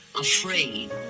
Afraid